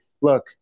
look